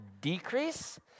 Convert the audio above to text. decrease